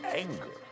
anger